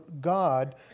God